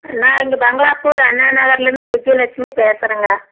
நான் இங்கே பங்லாப்பூர் அண்ணாநகர்லந்து விஜயலட்சுமி பேசுறங்க